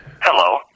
Hello